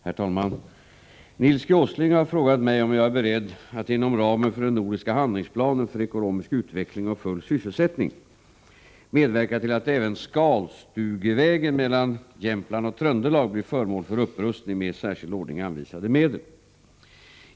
Herr talman! Nils G. Åsling har frågat mig om jag är beredd att, inom ramen för den nordiska handlingsplanen för ekonomisk utveckling och full sysselsättning, medverka till att även Skalstugevägen mellan Jämtland och Tröndelag blir föremål för upprustning med i särskild ordning anvisade medel.